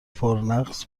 پرنقص